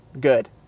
Good